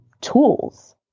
tools